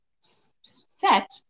set